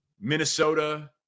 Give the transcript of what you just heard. Minnesota